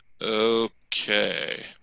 okay